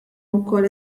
wkoll